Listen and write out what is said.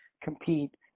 compete